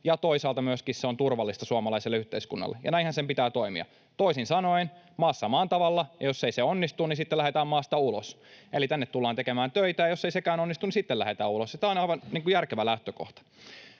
ja toisaalta myöskin se on turvallista suomalaiselle yhteiskunnalle, ja näinhän sen pitää toimia. Toisin sanoen: maassa maan tavalla, ja jos ei se onnistu, niin sitten lähdetään maasta ulos, eli tänne tullaan tekemään töitä, ja jos ei sekään onnistu, niin sitten lähdetään ulos. Tämä on aivan järkevä lähtökohta.